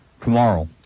tomorrow